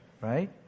right